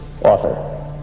author